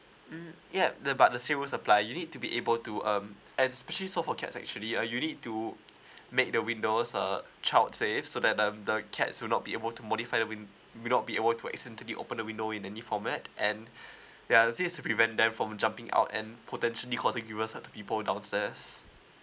mm yup the but the civil apply you need to be able to um especially so for cats actually uh you need to make the windows err child save so that um the cats will not be able to modify the win~ may not be able to extend to be open the window in any format and ya this to prevent them from jumping out and potentially causing people hurt people downstairs